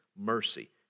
mercy